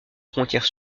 frontière